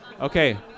Okay